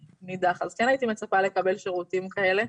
נידח, אז כן הייתי מצפה שירותי שכאלה,